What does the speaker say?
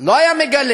לא היה מגלה,